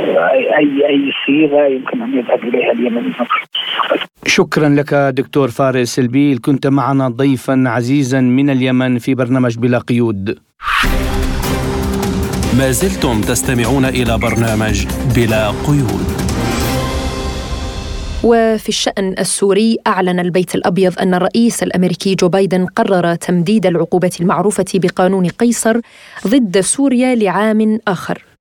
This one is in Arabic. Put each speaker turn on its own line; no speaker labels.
أي- أي- أي صيغة يمكن أن يذهب إليها اليمن.
شكراً لك دكتور فارس البيل. كنت معنا ضيفاً عزيزاً من اليمن في برنامج بلا قيود.
ما زلتم تستمعون إلى برنامج بلا قيود.
وفي الشأن السوري أعلن البيت الأبيض أن الرئيس الأمريكي جو بايدن قرر تمديد العقوبة المعروفة بقانون قيصر ضد سوريا لعام آخر.